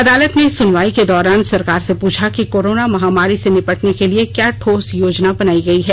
अदालत ने सुनवाई के दौरान सरकार से पूछा कि कोरोना महामारी से निपटने के लिए क्या ठोस योजना बनाई गई है